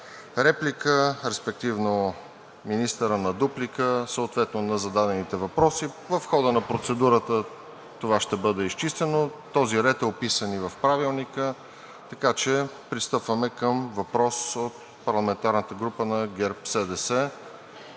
реплика, респективно министърът – на дуплика, съответно на зададените въпроси. В хода на процедурата това ще бъде изчистено, този ред е описан и в Правилника. Пристъпваме към въпрос от парламентарната група на ГЕРБ-СДС.